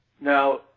now